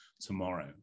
tomorrow